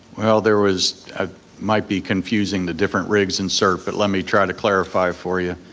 well there was, ah might be confusing the different rigs in serve, but let me try to clarify for you.